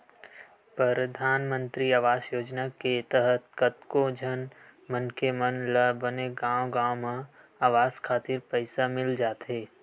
परधानमंतरी आवास योजना के तहत कतको झन मनखे मन ल बने गांव गांव म अवास खातिर पइसा मिल जाथे